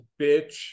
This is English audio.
bitch